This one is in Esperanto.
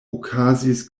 okazis